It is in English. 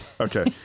Okay